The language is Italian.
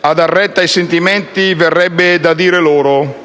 A dar retta ai sentimenti verrebbe da dire loro: